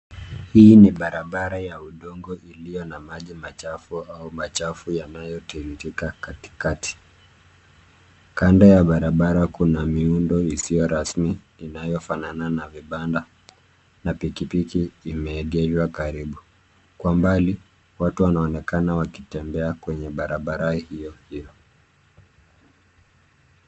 Hii ni barabara ya udongo iliyo na maji machafu au machafu yanayotiririka katikati. Kando ya barabara kuna miundo isiyo rasmi inayofanana na vibanda, na pikipiki imeegeshwa karibu. Kwa mbali, watu wanaonekana wakitembea kwenye barabara hiyo.